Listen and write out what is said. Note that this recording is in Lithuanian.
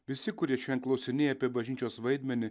visi kurie šiandien klausinėja apie bažnyčios vaidmenį